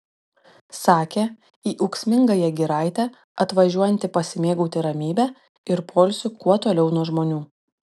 sakė į ūksmingąją giraitę atvažiuojanti pasimėgauti ramybe ir poilsiu kuo toliau nuo žmonių